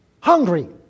hungry